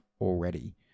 already